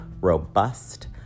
robust